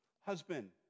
Husband